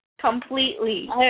Completely